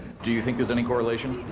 do you think there's any correlation?